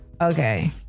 Okay